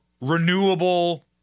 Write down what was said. renewable